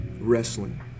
wrestling